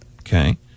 Okay